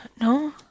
No